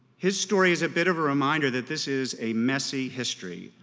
his story is a bit of a reminder that this is a messy history.